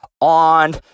on